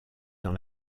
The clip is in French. dans